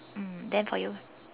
mm then for you